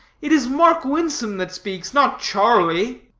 it is mark winsome that speaks, not charlie.